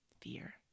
fear